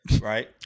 Right